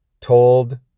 told